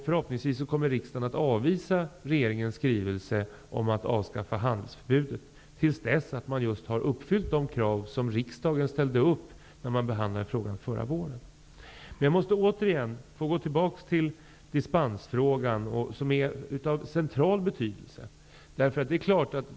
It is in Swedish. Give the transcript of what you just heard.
Förhoppningsvis kommer riksdagen att avvisa regeringens skrivelse om att avskaffa handelsförbudet och avvakta att de krav som riksdagen ställde upp när frågan behandlades förra våren blir tillgodosedda. Jag måste återigen gå tillbaka till dispensfrågan, som är av central betydelse.